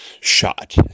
shot